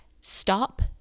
stop